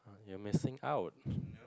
you are missing out